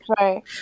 right